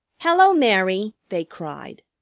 hello, mary! they cried.